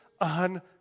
on